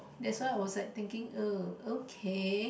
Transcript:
that's why I was like thinking oh okay